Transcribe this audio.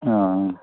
ആ ആ